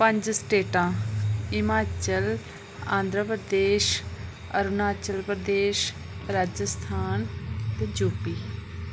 पंज स्टेटां हिमाचल आंध्र प्रदेश अरूणाचल प्रदेश राजस्थान ते यू पी